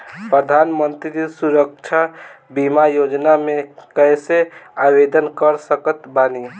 प्रधानमंत्री सुरक्षा बीमा योजना मे कैसे आवेदन कर सकत बानी?